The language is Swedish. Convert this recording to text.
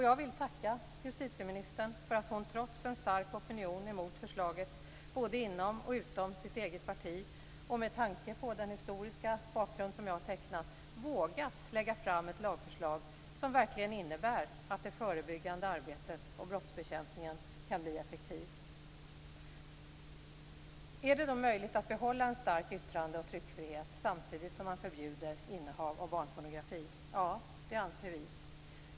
Jag vill tacka justitieministern för att hon, trots en stark opinion mot förslaget både inom och utanför sitt eget parti och med tanke på den historiska bakgrund som jag tecknat, vågat lägga fram ett lagförslag som verkligen innebär att det förebyggande arbetet och brottsbekämpningen kan bli effektivt. Är det då möjligt att behålla en stark yttrande och tryckfrihet samtidigt som man förbjuder innehav av barnpornografi? Ja, det anser vi.